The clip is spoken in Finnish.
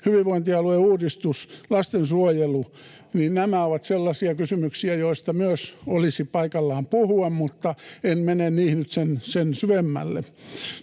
hyvinvointialueuudistus, lastensuojelu — nämä ovat sellaisia kysymyksiä, joista myös olisi paikallaan puhua, mutta en mene niihin nyt sen syvemmälle.